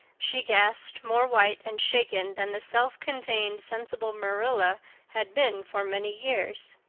she gasped, more white and shaken than the self-contained, sensible marilla had been for many years.